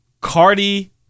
Cardi